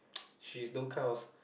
she's those kind of